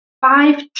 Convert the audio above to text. five